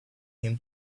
him